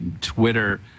Twitter